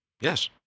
Yes